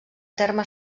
terme